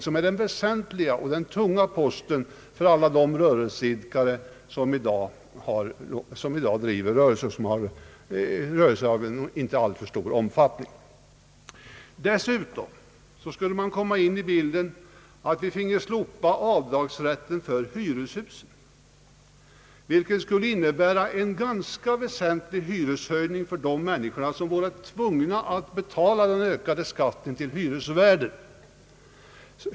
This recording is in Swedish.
Räntan är ju den väsentliga och tunga posten för alla rörelseidkare av inte alltför stor omfattning i dag. Dessutom finge man slopa avdragsrätten för hyreshusen, vilket skulle innebära en ganska väsentlig hyreshöjning för de människor som blir tvungna att betala den ökade skatten till hyresvärden.